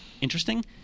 interesting